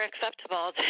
acceptable